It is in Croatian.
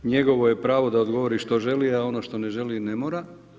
Njegovo je pravo da odgovori što želi, a ono što ne želi ne mora.